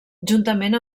juntament